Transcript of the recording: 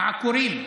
העקורים.